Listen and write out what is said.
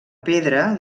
pedra